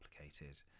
complicated